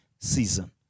season